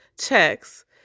checks